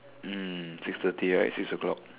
mm six thirty right six o-clock